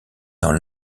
dans